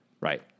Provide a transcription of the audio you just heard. right